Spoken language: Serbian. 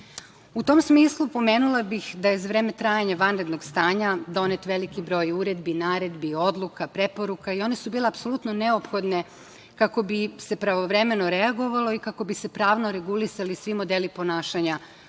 tom smislu pomenula bih da je za vreme trajanja vanrednog stanja donet veliki broj uredbi, naredbi, odluka, preporuka i one su bile apsolutno neophodne kako bi se pravovremeno reagovalo i kako bi se pravno regulisali svi modeli ponašanja